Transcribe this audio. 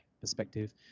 perspective